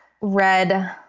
red